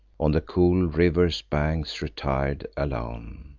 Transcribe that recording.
on the cool river's banks, retir'd alone.